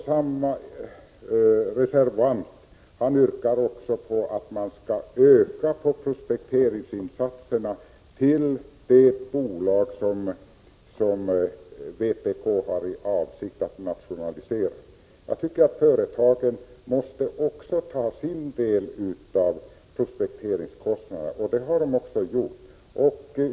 Samma reservant yrkar också på att prospekteringsinsatserna skall öka inom det bolag som vpk har för avsikt att nationalisera. Jag tycker att företagen måste ta sin del av prospekteringskostnaderna, och det har de gjort.